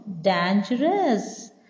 Dangerous